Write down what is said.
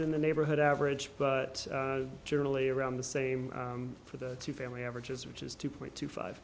than the neighborhood average but generally around the same for the two family averages which is two point two five